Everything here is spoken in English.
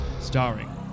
starring